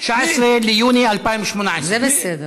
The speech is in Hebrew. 19 ביוני 2018. זה בסדר.